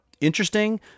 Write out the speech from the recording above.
interesting